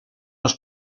los